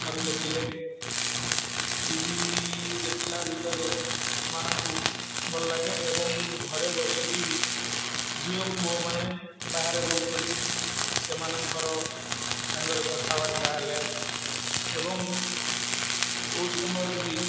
ଧର ଦେଖିଲେ ଟିଭି ଦେଖିଲା ଭିତରେ ସେମାନଙ୍କୁ ଭଲଲାଗେ ଏବଂ ମୁଁ ଘରେ ବସିକି ବି ଝିଅ ପୁଅମାନେ ବାହାରେ ରହୁଛନ୍ତି ସେମାନଙ୍କର ସାଙ୍ଗରେ କଥାବାର୍ତ୍ତା ହେଲେ ଏବଂ କୋଉ ସମୟରେ ବି